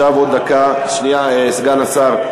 שנייה, סגן השר.